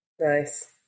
nice